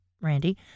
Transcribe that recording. Randy